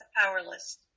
powerless